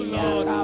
Lord